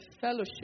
fellowship